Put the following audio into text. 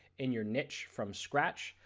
and your niche from scratch.